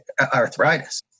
arthritis